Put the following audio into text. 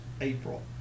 April